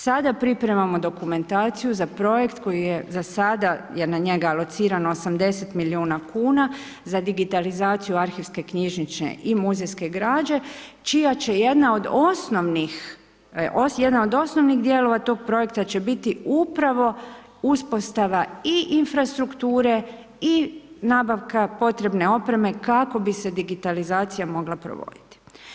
Sada pripremamo dokumentaciju za projekt koji je za sada je na njega alocirano 80 milijuna kuna za digitalizaciju arhivske knjižnične i muzejske građe čija će jedna od osnovnih, jedna od osnovnih dijelova tog projekta će biti upravo uspostava i infrastrukture i nabavka potrebne opreme kako bi se digitalizacija mogla provoditi.